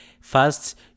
First